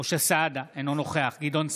משה סעדה, אינו נוכח גדעון סער,